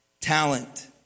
talent